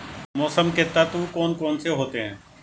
मौसम के तत्व कौन कौन से होते हैं?